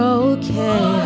okay